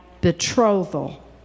betrothal